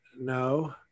no